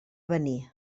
avenir